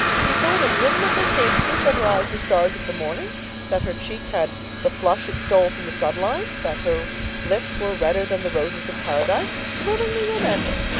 to be told in rhythmical cadences that her eyes were stars of the morning that her cheek had the flush it stole from the sunrise that her lips were redder than the roses of paradise, was thrillingly romantic.